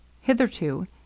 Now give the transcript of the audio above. Hitherto